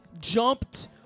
jumped